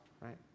Right